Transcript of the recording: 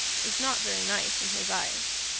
was not very nice in his eyes.